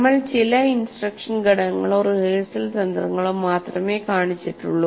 നമ്മൾ ചില ഇൻസ്ട്രക്ഷൻ ഘടകങ്ങളോ റിഹേഴ്സൽ തന്ത്രങ്ങളോ മാത്രമേ കാണിച്ചിട്ടുള്ളൂ